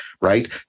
right